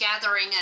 gathering